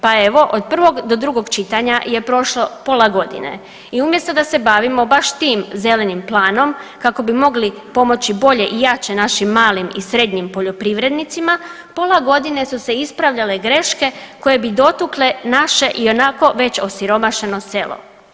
Pa evo od prvog do drugog čitanja je prošlo pola godine i umjesto da se bavimo baš tim zelenim planom kako bi mogli pomoći bolje i jače našim malim i srednjim poljoprivrednicima pola godine su se ispravljale greške koje bi dotukle naše ionako već osiromašeno selo.